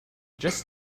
just